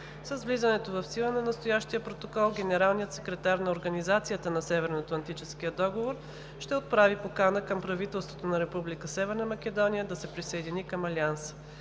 С влизането в сила на настоящия протокол Генералният секретар на Организацията на Северноатлантическия договор ще отправи покана към правителството на Република Северна Македония да се присъедини към Алианса.